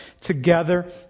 together